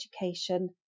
Education